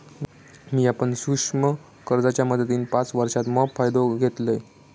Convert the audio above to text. मिया पण सूक्ष्म कर्जाच्या मदतीन पाच वर्षांत मोप फायदो घेतलंय